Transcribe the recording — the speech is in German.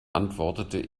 antwortete